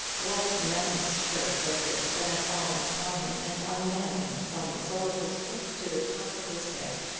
what nessus's shirt was this that had fallen upon him, and unmanned him from the sole of his foot to the top of his head?